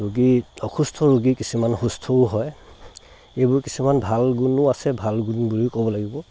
ৰোগী অসুস্থ ৰোগী কিছুমান সুস্থও হয় সেইবোৰ কিছুমান ভাল গুণো আছে ভাল গুণ বুলিও ক'ব লাগিব